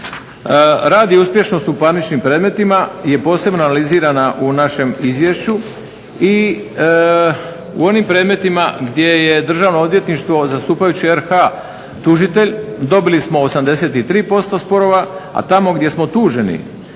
Rad i uspješnost u parničnim predmetima je posebno analizirana u našem izvješću i u onim predmetima gdje je državno odvjetništvo zastupajući RH tužitelj dobili smo 83% sporova, a tamo gdje smo tuženi